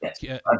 Yes